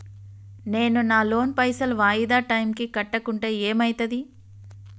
నేను నా లోన్ పైసల్ వాయిదా టైం కి కట్టకుంటే ఏమైతది?